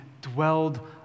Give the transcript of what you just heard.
dwelled